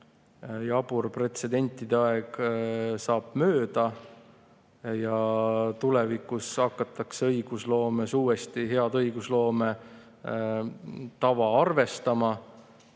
jabur pretsedentide aeg saab mööda ja tulevikus hakatakse õigusloomes uuesti head õigusloome tava arvestama